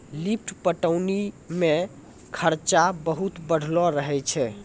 lift पटौनी मे खरचा बहुत बढ़लो रहै छै